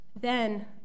Then